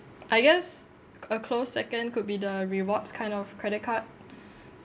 I guess a close second could be the rewards kind of credit card